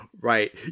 Right